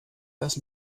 das